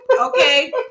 Okay